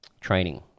training